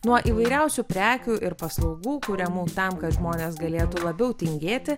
nuo įvairiausių prekių ir paslaugų kuriamų tam kad žmonės galėtų labiau tingėti